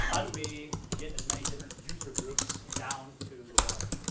how do we get as many different fuser groups down to the water?